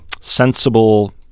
sensible